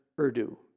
Urdu